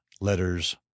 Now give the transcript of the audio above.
letters